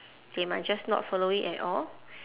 they might just not follow it at all